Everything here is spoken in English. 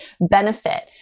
benefit